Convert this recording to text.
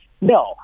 No